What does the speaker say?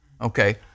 Okay